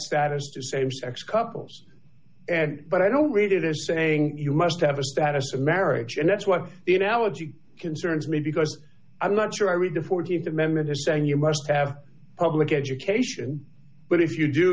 status to same sex couples and but i don't read it as saying you must have a status of marriage and that's what the analogy concerns me because i'm not sure i read the th amendment as saying you must have public education but if you do